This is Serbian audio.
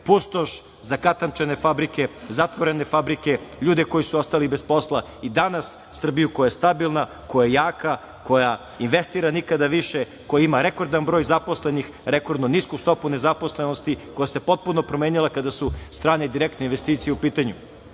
godine. Pustoš, zakatančene fabrike, zatvorene fabrike, ljude koji su ostali bez posla, a danas Srbiju koja je stabilna, jaka, koja investira nikada više, koja ima rekordan broj zaposlenih, rekordno nisku stopu nezaposlenosti, koja se potpuno promenila kada su strane direktne investicije u pitanju.O